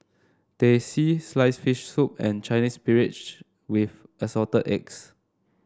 Teh C sliced fish soup and Chinese Spinach with Assorted Eggs